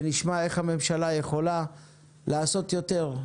ונשמע איך הממשלה יכולה לעשות יותר.